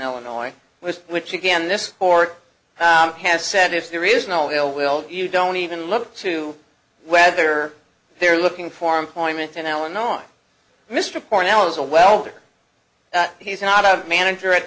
illinois was which again this court has said if there is no ill will you don't even look to whether they're looking for employment in illinois mr cornell is a welder he's not a manager at